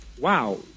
wow